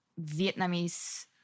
Vietnamese